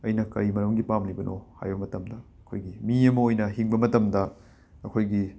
ꯑꯩꯅ ꯀꯔꯤ ꯃꯔꯝꯒꯤ ꯄꯥꯝꯂꯤꯕꯅꯣ ꯍꯥꯏꯕ ꯃꯇꯝꯗ ꯈꯣꯏꯒꯤ ꯃꯤ ꯑꯃ ꯑꯣꯏꯅ ꯍꯤꯡꯕ ꯃꯇꯝꯗ ꯑꯩꯈꯣꯏꯒꯤ